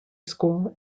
school